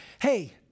Hey